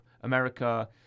America